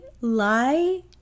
Lie